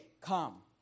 come